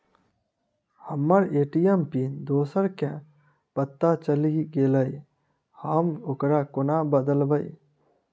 हम्मर ATM pin दोसर केँ पत्ता चलि गेलै, हम ओकरा कोना बदलबै?